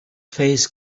face